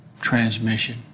transmission